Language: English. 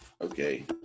Okay